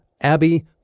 Abby